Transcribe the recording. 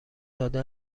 داده